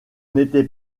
n’était